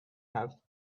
have